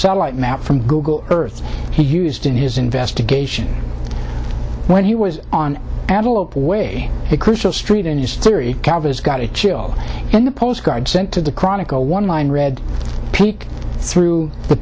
satellite map from google earth he used in his investigation when he was on adult way the crucial street in his theory got a chill and a postcard sent to the chronicle one mind read peek through the